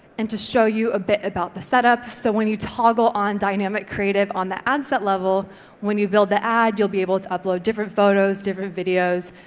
and to show you a bit about the setup, so when you toggle on dynamic creative on the ad set level when you build the ad, you'll be able to upload different photos, different videos,